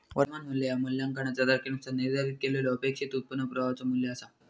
वर्तमान मू्ल्य ह्या मूल्यांकनाचा तारखेनुसार निर्धारित केलेल्यो अपेक्षित उत्पन्न प्रवाहाचो मू्ल्य असा